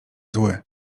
zły